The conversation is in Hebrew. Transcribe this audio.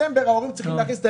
בספטמבר ההורים צריכים להכניס את